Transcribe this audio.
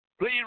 Please